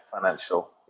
financial